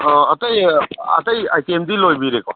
ꯑꯣ ꯑꯇꯩ ꯑꯇꯩ ꯑꯥꯏꯇꯦꯝꯗꯤ ꯂꯣꯏꯕꯤꯔꯦꯀꯣ